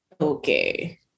Okay